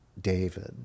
David